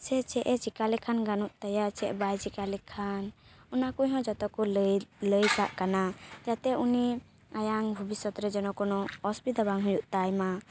ᱥᱮ ᱪᱮᱫ ᱮ ᱪᱮᱠᱟ ᱞᱮᱠᱷᱟᱱ ᱜᱟᱱᱚᱜ ᱛᱟᱭᱟ ᱪᱮᱫ ᱵᱟᱭ ᱪᱮᱠᱟ ᱞᱮᱠᱷᱟᱱ ᱚᱱᱟ ᱠᱚᱦᱚᱸ ᱡᱚᱛᱚ ᱠᱚ ᱞᱟᱹᱭ ᱠᱟᱜ ᱠᱟᱱᱟ ᱡᱟᱛᱮ ᱩᱱᱤ ᱟᱭᱟᱝ ᱵᱷᱚᱵᱤᱥᱛᱨᱮ ᱡᱮᱱᱚ ᱠᱚᱱᱚ ᱚᱥᱩᱵᱤᱫᱟ ᱵᱟᱝ ᱦᱩᱭᱩᱜ ᱛᱟᱭ ᱢᱟ